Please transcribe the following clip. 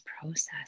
process